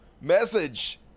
message